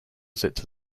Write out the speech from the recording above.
visit